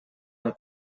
amb